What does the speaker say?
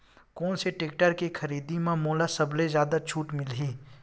कोन से टेक्टर के खरीदी म मोला सबले जादा छुट मिलही?